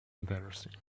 embarrassing